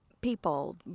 people